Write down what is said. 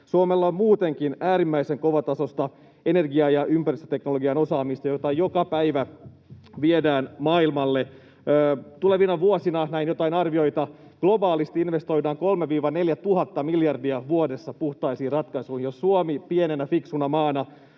Suomella on muutenkin äärimmäisen kovatasoista energia- ja ympäristöteknologian osaamista, jota joka päivä viedään maailmalle. Tulevina vuosina — näin jotain arvioita — globaalisti investoidaan 3 000—4 000 miljardia vuodessa puhtaisiin ratkaisuihin, ja jos Suomi pienenä, fiksuna maana